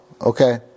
okay